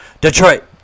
Detroit